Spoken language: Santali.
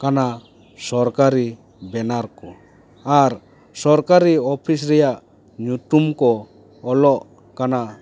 ᱠᱟᱱᱟ ᱥᱚᱨᱠᱟᱨᱤ ᱵᱮᱱᱟᱨ ᱠᱚ ᱟᱨ ᱥᱚᱨᱠᱟᱨᱤ ᱚᱯᱷᱤᱥ ᱨᱮᱭᱟ ᱧᱩᱛᱩᱢ ᱠᱚ ᱚᱞᱚᱜ ᱠᱟᱱᱟ